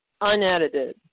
unedited